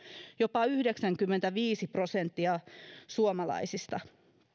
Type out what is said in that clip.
jopa yhdeksänkymmentäviisi prosenttia suomalaisista